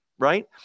Right